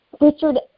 Richard